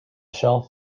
shelf